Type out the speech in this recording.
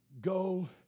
go